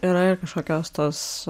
yra ir kažkokios tos